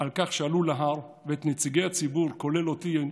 על כך שעלו להר, ואת נציגי הציבור, כולל אותי,